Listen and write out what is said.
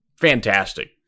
Fantastic